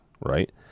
Right